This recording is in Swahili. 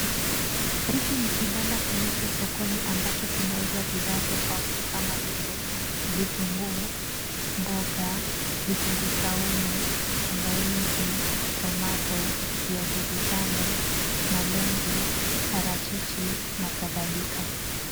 Hiki ni kibanda kilicho sokoni ambacho kinauza bidhaa tofauti kama vile vitunguu, mboga, vitunguu saumu, tangawizi tomato viazi vitamu, malenge, parachichi na kadhalika.